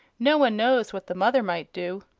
no one knows what the mother might do.